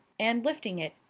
and lifting it,